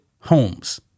homes